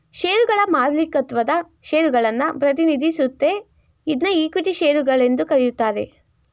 ಶೇರುಗಳ ಮಾಲೀಕತ್ವದ ಷೇರುಗಳನ್ನ ಪ್ರತಿನಿಧಿಸುತ್ತೆ ಇದ್ನಾ ಇಕ್ವಿಟಿ ಶೇರು ಗಳೆಂದು ಕರೆಯುತ್ತಾರೆ